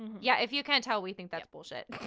yeah, if you can tell, we think that's bullshit.